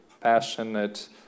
passionate